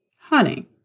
Honey